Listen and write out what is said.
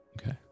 okay